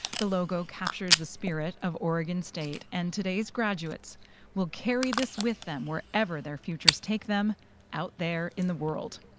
the logo captures the spirit of oregon state and today's graduates will carry this with them wherever their futures take them out there in the world.